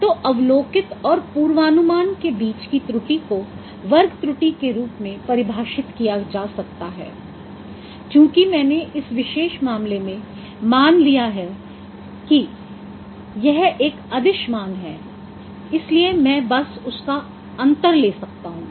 तो अवलोकित और पूर्वानुमान के बीच की त्रुटि को वर्ग त्रुटि के रूप में परिभाषित किया जा सकता है चूँकि मैंने इस विशेष मामले में मान लिया है कि यह एक अदिश मान है इसलिए मैं बस उनका अंतर ले सकता हूं